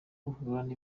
habura